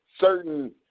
certain –